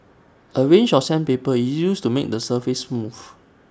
A range of sandpaper is used to make the surface smooth